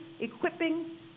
equipping